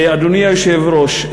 אדוני היושב-ראש,